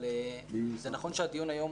זה נכון שהדיון היום